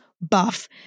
buff